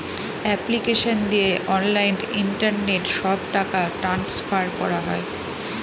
application দিয়ে online internet সব টাকা ট্রান্সফার করা হয়